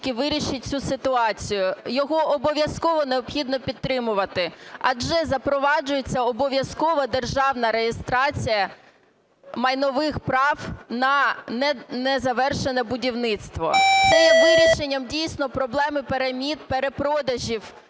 вирішить цю ситуацію. Його обов'язково необхідно підтримувати, адже запроваджується обов'язкова державна реєстрація майнових прав на незавершене будівництво. Це є вирішення дійсно проблеми перміт перепродажів